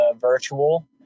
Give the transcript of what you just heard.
virtual